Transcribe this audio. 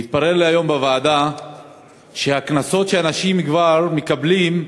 והתברר לי היום בוועדה שהקנסות שאנשים כבר מקבלים,